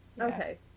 Okay